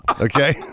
okay